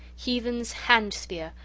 heathen's hand-spear,